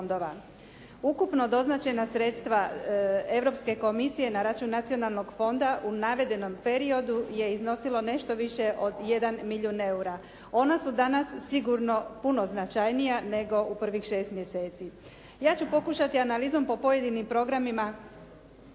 Ukupno doznačena sredstva Europske komisije na račun nacionalnog fonda u navedenom periodu je iznosilo nešto više od 1 milijun eura. Ona su danas sigurno puno značajnija nego u prvih šest mjeseci. Ja ću pokušati analizom po pojedinim programima